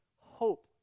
hope